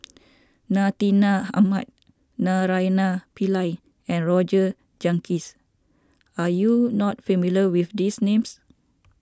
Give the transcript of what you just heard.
Ahmad Naraina Pillai and Roger Jenkins are you not familiar with these names